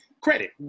credit